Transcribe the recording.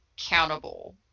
accountable